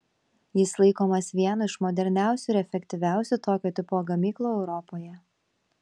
jis laikomas vienu iš moderniausių ir efektyviausių tokio tipo gamyklų europoje